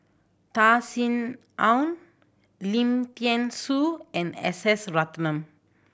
Ta Sin Aun Lim Thean Soo and S S Ratnam